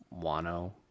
Wano